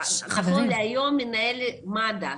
שנכון להיום מנהל מד"א.